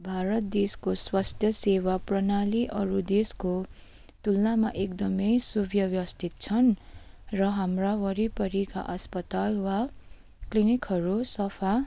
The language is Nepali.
भारत देशको स्वास्थ्य सेवा प्रणाली अरू देशको तुलनामा एकदमै सुब्यवस्थित छन् र हाम्रा वरिपरिका अस्पताल वा क्लिनिकहरू सफा